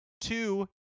Two